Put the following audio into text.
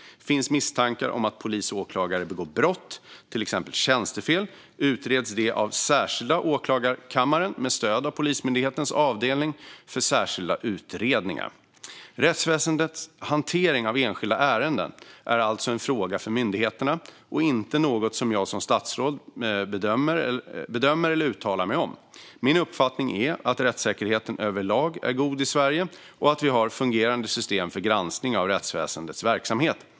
Finns misstankar om att polis eller åklagare begått brott, till exempel tjänstefel, utreds det av Särskilda åklagarkammaren med stöd av Polismyndighetens avdelning för särskilda utredningar. Rättsväsendets hantering av enskilda ärenden är alltså en fråga för myndigheterna, och inte något som jag som statsråd bedömer eller uttalar mig om. Min uppfattning är att rättssäkerheten överlag är god i Sverige och att vi har fungerande system för granskning av rättsväsendets verksamhet.